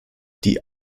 die